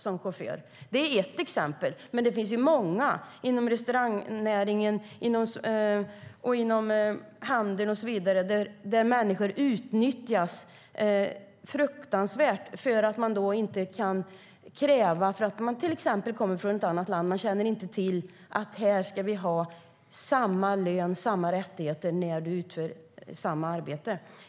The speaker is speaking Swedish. Det är ett exempel, men det finns ju många inom restaurangnäringen, handeln och så vidare där människor utnyttjas fruktansvärt eftersom de inte kan kräva något. De kommer till exempel från ett annat land och känner inte till att man här ska ha samma lön och rättigheter när man utför samma arbete.